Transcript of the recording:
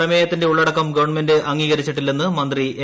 പ്രമേയത്തിന്റെ ഉള്ളടക്കം ഗവൺമെന്റ് അഗീകരിച്ചിട്ടില്ലെന്ന് മന്ത്രി എ